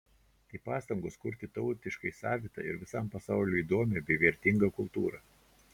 tai pastangos kurti tautiškai savitą ir visam pasauliui įdomią bei vertingą kultūrą